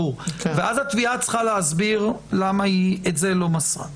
והתביעה צריכה להסביר למה את זה היא לא מסרה.